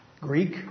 Greek